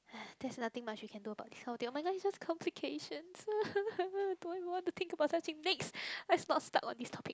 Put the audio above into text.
there's nothing much you do about this kind of thing oh-my-god it's just complications do I want to think of such things next let's not stuck on this topic